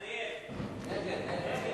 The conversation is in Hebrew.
נגד.